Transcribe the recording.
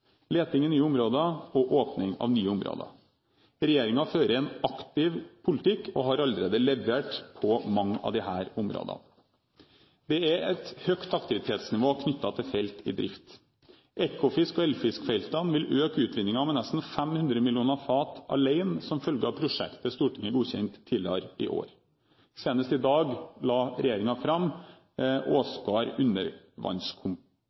i nye områder og åpning av nye områder. Regjeringen fører en aktiv politikk og har allerede levert på mange av disse områdene. Det er et høyt aktivitetsnivå knyttet til felt i drift. Ekofiskfeltet og Eldfiskfeltet vil øke utvinningen med nesten 500 millioner fat alene som følge av prosjekter Stortinget har godkjent tidligere i år. Senest i dag la regjeringen fram